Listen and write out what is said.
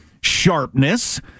sharpness